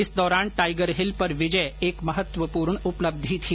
इस दौरान Tiger Hill पर विजय एक महत्वपूर्ण उपलब्धि थी